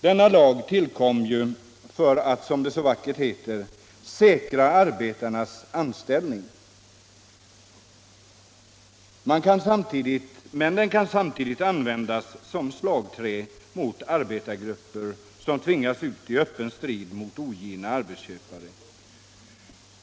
Denna lag tillkom ju för att, som det så vackert hette, säkra arbetarnas anställning. Men den kan samtidigt användas som slagträ mot arbetargrupper som tvingas ut i öppen strid mot ogina arbetsköpare.